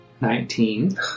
nineteen